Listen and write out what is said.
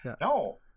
No